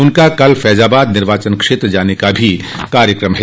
उनका कल फैजाबाद निर्वाचन क्षेत्र जाने का भी कार्यक्रम है